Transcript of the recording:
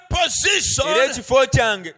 position